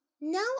now